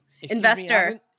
investor